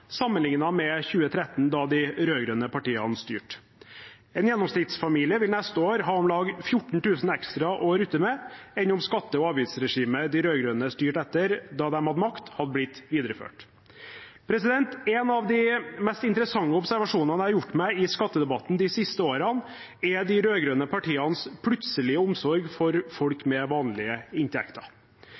sammenlignet med 2013, da de rød-grønne partiene styrte. En gjennomsnittsfamilie vil neste år ha om lag 14 000 kr mer å rutte med, sammenlignet med om skatte- og avgiftsregimet de rød-grønne styrte etter da de hadde makt, hadde blitt videreført. En av de mest interessante observasjonene jeg har gjort meg i skattedebatten de siste årene, er de rød-grønne partienes plutselige omsorg for folk med vanlige inntekter.